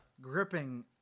Gripping